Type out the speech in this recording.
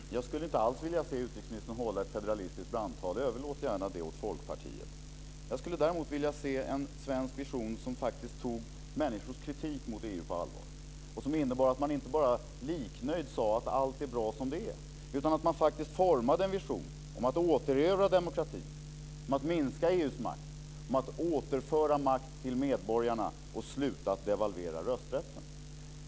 Fru talman! Jag skulle inte alls vilja se utrikesministern hålla ett federalistiskt brandtal. Överlåt det gärna åt Folkpartiet! Jag skulle däremot vilja se en svensk vision som tog människors kritik mot EU på allvar och som innebar att man inte bara liknöjd sade att allt är bra som det är utan att man faktiskt formade en vision om att återerövra demokratin, om att minska EU:s makt, om att återföra makt till medborgarna och sluta att devalvera rösträtten.